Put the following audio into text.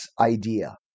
idea